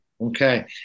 Okay